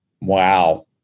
Wow